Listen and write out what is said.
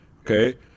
Okay